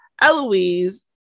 Eloise